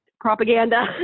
propaganda